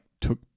took